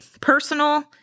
personal